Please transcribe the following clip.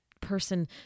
person